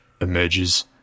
emerges